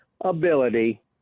ability